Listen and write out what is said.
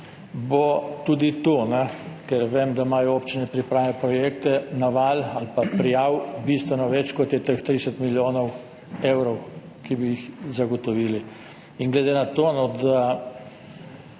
bo tudi tukaj, ker vem da imajo občine pripravljene projekte, naval ali pa prijav bistveno več, kot je teh 30 milijonov evrov, ki bi jih zagotovili. In glede na to, da